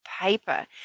paper